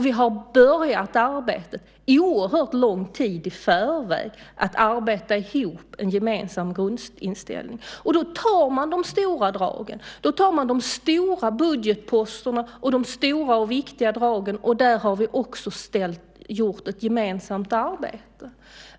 Vi har börjat arbetet oerhört lång tid i förväg för att arbeta ihop en gemensam grundinställning. Då tar man de stora budgetposterna och de stora och viktiga dragen. Där har vi också gjort ett gemensamt arbete.